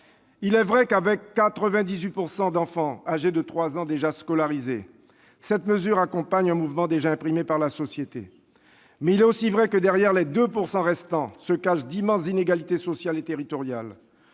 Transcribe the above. Il est vrai que, avec 98 % d'enfants de 3 ans déjà scolarisés, cette mesure accompagne un mouvement déjà imprimé par la société ; mais il est aussi vrai que, derrière les 2 % restants, se cachent d'immenses inégalités sociales et territoriales.